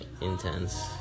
intense